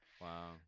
Wow